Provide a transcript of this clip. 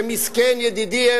שמסכן ידידי,